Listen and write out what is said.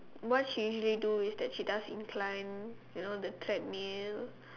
what she usually do is incline you know the treadmill